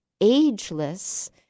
ageless